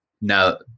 Now